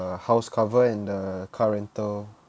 house cover and the car rental